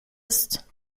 ist